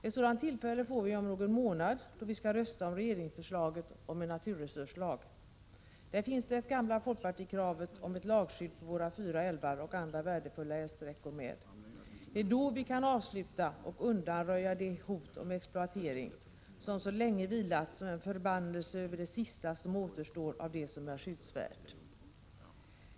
Ett sådant tillfälle får vi om vi om någon månad, då vi skall rösta om regeringsförslaget om en naturresurslag. Där finns det gamla folkpartikravet om ett lagskydd för våra fyra älvar och andra värdefulla älvsträckor. Det är då vi kan avsluta och undanröja det hot om exploatering, som så länge vilat som en förbannelse över det sista som återstår av det som är skyddsvärt.